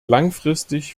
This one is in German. langfristig